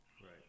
Right